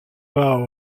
pas